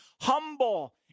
humble